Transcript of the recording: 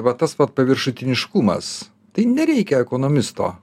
va tas vat paviršutiniškumas tai nereikia ekonomisto